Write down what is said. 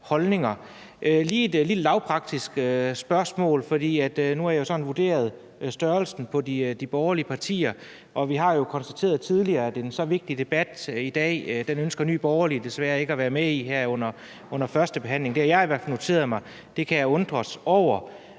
holdninger. Jeg har lige et lille lavpraktisk spørgsmål. Nu har jeg sådan vurderet størrelsen på de borgerlige partier, og vi har jo tidligere konstateret, at i en så vigtig debat som debatten i dag ønsker Nye Borgerlige desværre ikke at være med her under førstebehandlingen. Det har jeg i hvert fald noteret mig, og det kan jeg undre mig over.